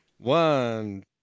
One